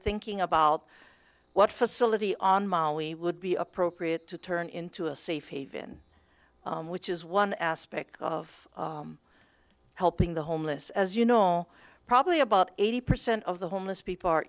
thinking about what facility on maui would be appropriate to turn into a safe haven which is one aspect of helping the homeless as you know probably about eighty percent of the homeless people are